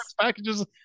packages